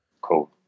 cool